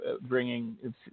bringing